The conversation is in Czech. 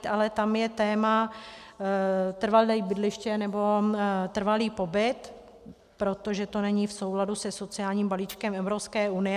Ale tam je téma trvalé bydliště, nebo trvalý pobyt, protože to není v souladu se sociálním balíčkem Evropské unie.